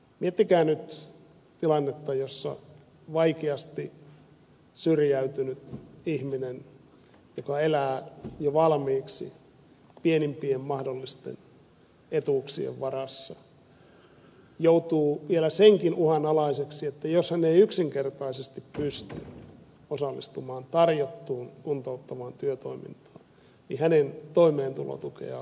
miettikää nyt tilannetta jossa vaikeasti syrjäytynyt ihminen joka elää jo valmiiksi pienimpien mahdollisten etuuksien varassa joutuu vielä senkin uhan alaiseksi että jos hän ei yksinkertaisesti pysty osallistumaan tarjottuun kuntouttavaan työtoimintaan niin hänen toimeentulotukeaan leikataan